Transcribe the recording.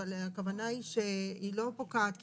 אבל הכוונה היא שהיא לא פוקעת,